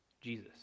Jesus